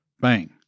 Bang